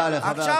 עכשיו,